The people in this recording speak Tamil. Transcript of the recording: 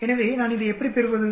எனவே நான் இதை எப்படி பெறுவது